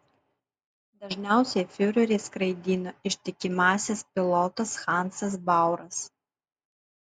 dažniausiai fiurerį skraidino ištikimasis pilotas hansas bauras